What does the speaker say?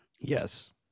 Yes